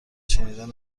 شنیدن